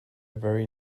very